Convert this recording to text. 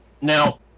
Now